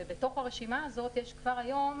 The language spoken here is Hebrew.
ובתוך הרשימה הזאת יש כבר היום